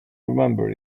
remember